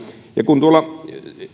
kun